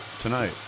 Tonight